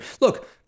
Look